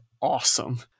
awesome